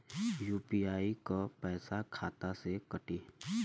UPI क पैसा खाता से कटी?